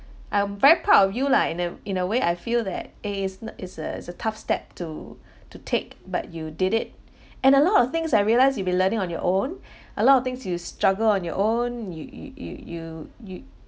I'm very proud of you lah in a in a way I feel that it is n~ is as is a tough step to to take but you did it and a lot of things I realise you'll be learning on your own a lot of things you struggle on your own you you you you